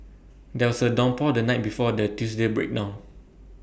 there was A downpour the night before the Tuesday breakdown